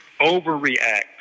overreact